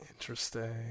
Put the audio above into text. Interesting